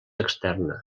externa